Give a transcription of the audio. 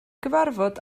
gyfarfod